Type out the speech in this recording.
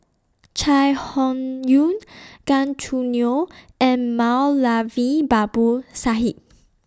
Chai Hon Yoong Gan Choo Neo and Moulavi Babu Sahib